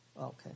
Okay